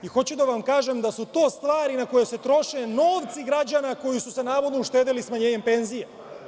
Ne znam.) Hoću da vam kažem da su to stvari na koje se troše novci građana koji su se navodno uštedeli smanjenjem penzija.